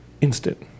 instant